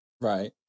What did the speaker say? Right